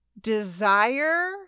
desire